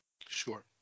Sure